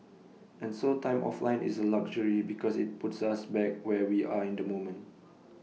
and so time offline is A luxury because IT puts us back where we are in the moment